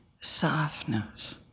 softness